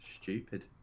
Stupid